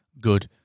good